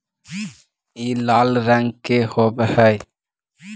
ई लाल रंग के होब हई